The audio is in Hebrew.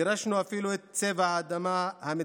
ירשנו אפילו את צבע האדמה המדברי.